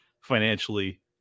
financially